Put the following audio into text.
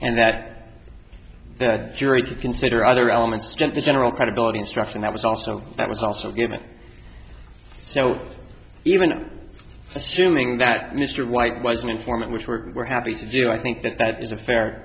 and that the jury to consider other elements just the general credibility instruction that was also that was also given so even assuming that mr white was an informant which we were happy to do i think that that is a